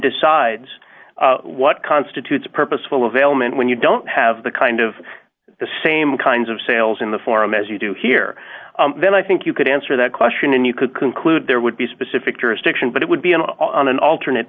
decides what constitutes a purposeful of ailment when you don't have the kind of the same kinds of sales in the forum as you do here then i think you could answer that question and you could conclude there would be specific jurisdiction but it would be an on an alternate